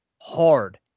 hard